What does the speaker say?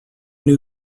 new